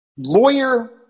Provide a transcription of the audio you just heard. Lawyer